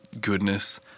goodness